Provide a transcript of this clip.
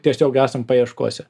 tiesiog esam paieškose